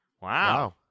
Wow